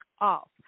off